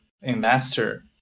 investor